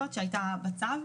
מוגבלת,